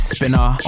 Spinner